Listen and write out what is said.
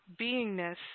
beingness